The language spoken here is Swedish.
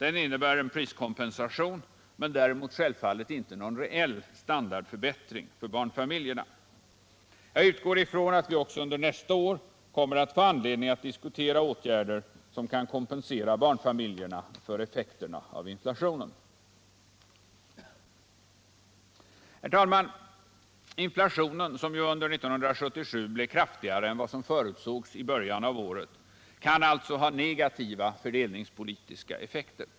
Den innebär en priskompensation, däremot självfallet inte någon reell standardförbättring för barnfamiljerna. Jag utgår från att vi också under nästa år kommer att få anledning att diskutera åtgärder som kan kompensera barnfamiljerna för effekterna av inflationen. Herr talman! Inflationen, som ju under 1977 blir kraftigare än vad som förutsågs i början av året, kan alltså ha negativa fördelningspolitiska effekter.